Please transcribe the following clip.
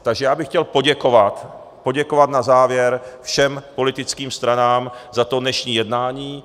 Takže já bych chtěl poděkovat na závěr všem politickým stranám za dnešní jednání.